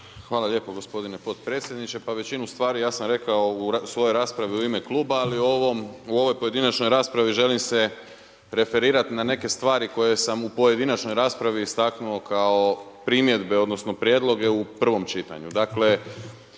Hvala lijepo gospodine potpredsjedniče. Pa većinu stvari ja sam rekao u svojoj raspravi u ime Kluba, ali u ovoj pojedinačnoj raspravi želim se referirat na neke stvari koje sam u pojedinačnoj raspravi istaknuo kao primjedbe odnosno, prijedloge u prvom čitanju.